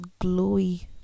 glowy